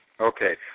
Okay